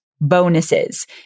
bonuses